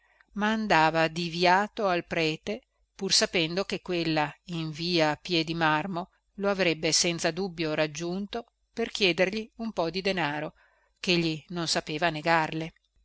ma andava diviato al prete pur sapendo che quella in via piè di marmo lo avrebbe senza dubbio raggiunto per chiedergli un po di denaro chegli non sapeva negarle